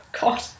god